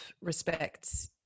respects